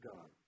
God